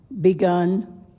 Begun